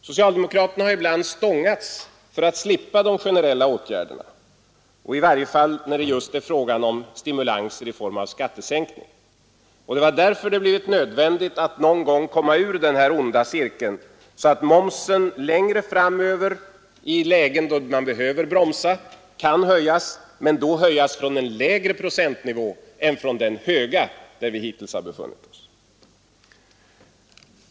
Socialdemokraterna har ibland stångats för att slippa de generella åtgärderna, i varje fall när det är fråga om stimulanser i form av skattesänkningar. Det är därför som det har blivit nödvändigt att någon gång komma ur den onda cirkeln, så att momsen längre framöver i lägen då man behöver bromsa kan höjas, men då från en lägre procentnivå än från den höga där vi hittills har befunnit oss.